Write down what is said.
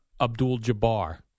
Abdul-Jabbar